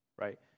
right